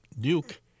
Duke